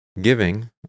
giving